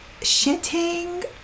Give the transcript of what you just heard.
shitting